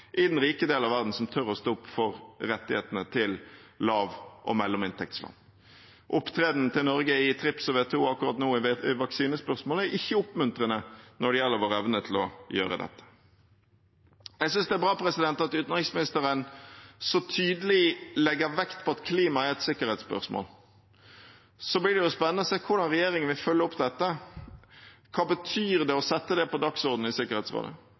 i den rike delen av verden som tør å stå opp for rettighetene til lav- og mellominntektsland. Opptredenen til Norge i TRIPS og WTO akkurat nå i vaksinespørsmålet er ikke oppmuntrende når det gjelder vår evne til å gjøre dette. Jeg synes det er bra at utenriksministeren så tydelig legger vekt på at klima er et sikkerhetsspørsmål. Så blir det spennende å se hvordan regjeringen vil følge opp dette. Hva betyr det å sette det på dagsordenen i Sikkerhetsrådet?